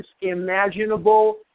imaginable